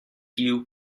you